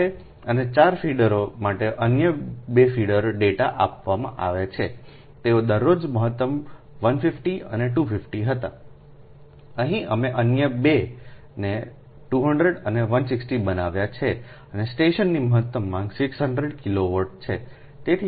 25 માટે અને 4 ફીડરો માટે અન્ય 2 ફીડર ડેટા આપવામાં આવે છે તેઓ દરરોજ મહત્તમ 150 અને 200 હતા અહીં અમે અન્ય 2 ને 200 અને 160 બનાવ્યા છે અને સ્ટેશનની મહત્તમ માંગ 600 કિલોવોટ છે